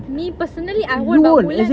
me personally I won't but mulan